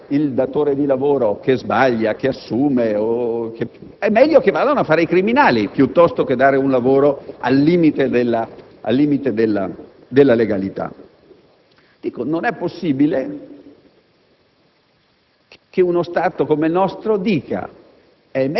sul lavoro irregolare il cui aspetto peggiore è la criminalizzazione del datore di lavoro che sbaglia, nell'assumere: è meglio che vadano a fare i criminali piuttosto che dare un lavoro al limite della legalità.